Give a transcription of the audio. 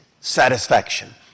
satisfaction